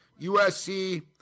USC